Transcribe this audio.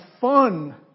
fun